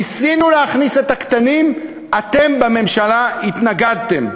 ניסינו להכניס את הקטנים, אתם בממשלה התנגדתם.